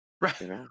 right